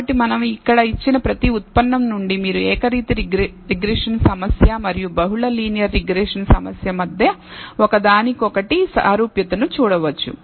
కాబట్టి మనం ఇక్కడ ఇచ్చిన ప్రతి ఉత్పన్నం నుండి మీరు ఏకరీతి రిగ్రెషన్ సమస్య మరియు బహుళ లీనియర్ రిగ్రెషన్ సమస్య మధ్య ఒకదానికొకటి సారూప్యతను చూడవచ్చు